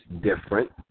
different